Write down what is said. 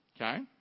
Okay